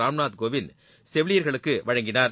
ராம்நாத் கோவிந்த் செவிலியர்களுக்கு வழங்கினார்